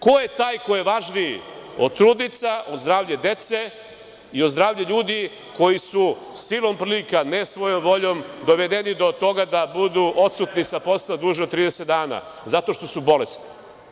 Ko je taj ko je važniji od trudnica, od zdravlja dece i od zdravlja ljudi koji su silom prilika, ne svojom voljom, dovedeni do toga da budu odsutni sa posla duže od 30 dana zato što su bolesni?